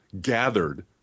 Gathered